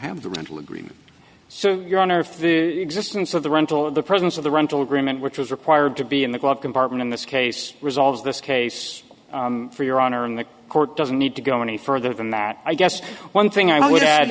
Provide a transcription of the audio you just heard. have the rental agreement so your honor if the existence of the rental of the presence of the rental agreement which was required to be in the glove compartment in this case resolves this case for your honor in the court doesn't need to go any further than that i guess one thing i would add